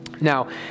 Now